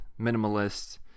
minimalist